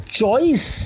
choice